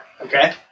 Okay